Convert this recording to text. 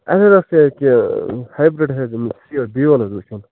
اَسہِ حظ اوس ہایبِرٛڈ حظ یِم سیٖڑ بیول حظ وٕچھُن